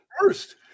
First